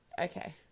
Okay